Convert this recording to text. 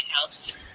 house